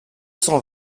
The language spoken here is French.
cent